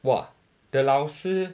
!wah! the 老师